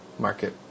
Market